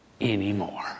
anymore